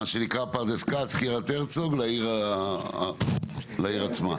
מה שנקרא פרדס כץ, קרית הרצוג, לעיר עצמה.